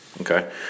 Okay